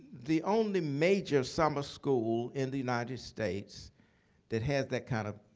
the only major summer school in the united states that has that kind of